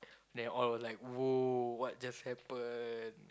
then all was like !woah! what just happened